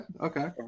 Okay